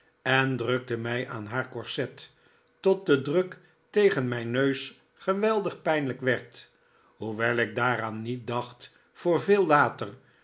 en drukte mij aan haar corset tot de druk tegen mijn neus geweldig pijnlijk werd hoewel ik daaraan niet dacht voor veel later